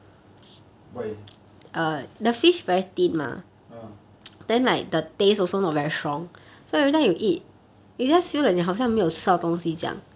why ah